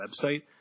website